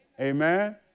Amen